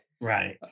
right